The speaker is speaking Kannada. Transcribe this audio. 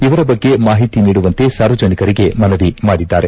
ಇವರ ಬಗ್ಗೆ ಮಾಹಿತಿ ನೀಡುವಂತೆ ಸಾರ್ವಜನಿಕರಿಗೆ ಮನವಿ ಮಾಡಿದ್ದಾರೆ